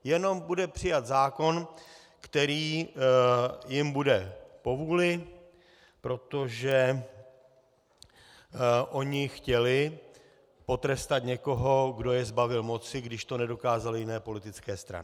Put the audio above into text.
Jenom bude přijat zákon, který jim bude po vůli, protože oni chtěli potrestat někoho, kdo je zbavil moci, když to nedokázaly jiné politické strany.